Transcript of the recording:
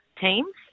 teams